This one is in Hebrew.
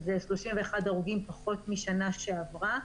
שזה 31 הרוגים פחות מהשנה שעברה.